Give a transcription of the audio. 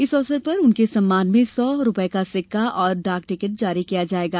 इस अवसर पर उनके सम्मान में सौं रुपये का सिक्का और डाक टिकट जारी किया जायेगा